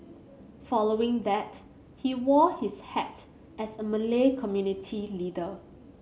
following that he wore his hat as a Malay community leader